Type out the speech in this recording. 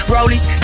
Rollies